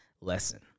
lesson